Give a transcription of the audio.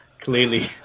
clearly